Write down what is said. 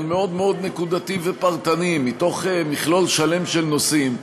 אבל מאוד מאוד נקודתי ופרטני מתוך מכלול שלם של נושאים,